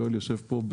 יואל יושב פה,